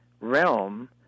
realm